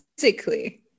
physically